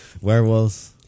Werewolves